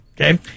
okay